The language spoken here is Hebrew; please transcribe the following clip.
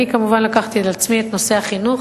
אני כמובן לקחתי על עצמי את נושא החינוך.